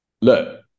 look